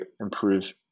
improve